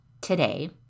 today